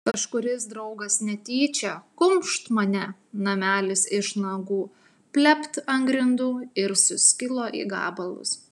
kažkuris draugas netyčią kumšt mane namelis iš nagų plept ant grindų ir suskilo į gabalus